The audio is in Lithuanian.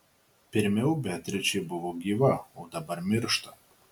pirmiau beatričė buvo gyva o dabar miršta